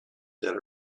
that